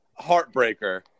Heartbreaker